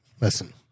listen